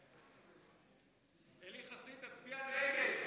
אלי חסיד, תצביע נגד.